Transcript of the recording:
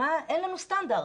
אין לנו סטנדרט,